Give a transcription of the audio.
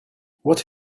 what